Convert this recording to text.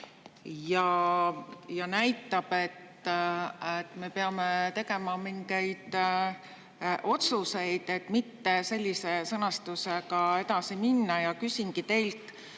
ja näitab seda, et me peame tegema mingeid otsuseid selleks, et mitte sellise sõnastusega edasi minna. Ja küsingi teilt,